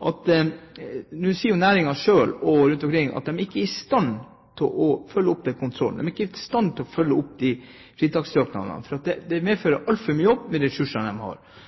at næringen selv sier at man ikke er i stand til å følge opp kontrollen, at man ikke er i stand til å følge opp fritakssøknadene, fordi det medfører altfor mye jobb med de ressursene man har.